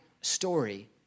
story